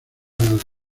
galesa